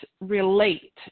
relate